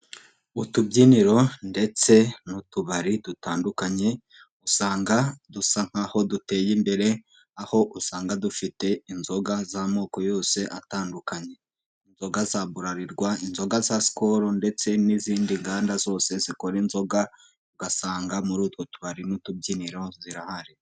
Utubyiniro ndetse n'utubari dutandukanye, usanga dusa nk'aho duteye imbere, aho usanga dufite inzoga z'amoko yose atandukanye, inzoga za Bralirwa, inzoga za Skol ndetse n'izindi nganda zose zikora inzoga, ugasanga muri utwo tubari n'utubyiniro zirahari.